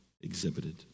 exhibited